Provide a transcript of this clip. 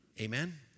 amen